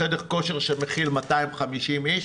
חדר כושר שמכיל 250 איש,